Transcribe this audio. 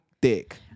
dick